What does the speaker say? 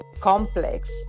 complex